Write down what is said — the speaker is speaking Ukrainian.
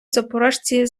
запорожці